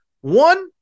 one